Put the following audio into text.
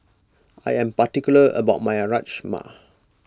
I am particular about my Rajma